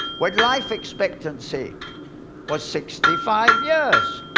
when life expectancy was sixty five years.